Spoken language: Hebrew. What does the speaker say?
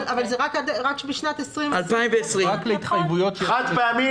זה רק בשנת 2020. בשנת 2020. חד פעמי